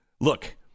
Look